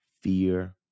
fear